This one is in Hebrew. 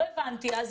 אז